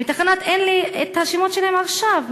אין לי את השמות שלהם עכשיו,